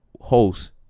host